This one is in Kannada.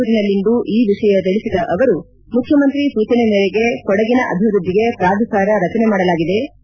ಮೈಸೂರಿನಲ್ಲಿಂದು ಈ ವಿಷಯ ತಿಳಿಸಿದ ಅವರು ಮುಖ್ಣಮಂತ್ರಿ ಸೂಚನೆ ಮೇರೆಗೆ ಕೊಡಗಿನ ಅಭಿವೃದ್ದಿಗೆ ಪ್ರಾಧಿಕಾರ ರಚನೆ ಮಾಡಲಾಗಿದೆ